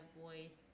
voice